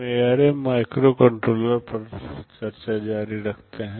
हम ARM microcontroller पर चर्चा जारी रखते हैं